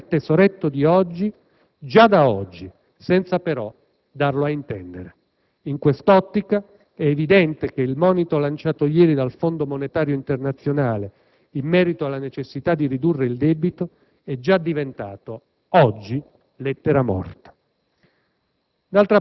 per destinare il tesoretto già da oggi, senza però darlo ad intendere. In quest'ottica è evidente che il monito lanciato ieri dal Fondo monetario internazionale in merito alla necessità di ridurre il debito è già diventato, oggi, lettera morta.